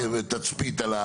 מתצפת.